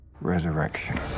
Resurrection